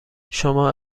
شما